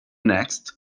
next